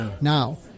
Now